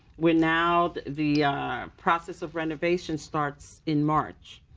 we're now, the process of renovation starts in march.